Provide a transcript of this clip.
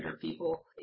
people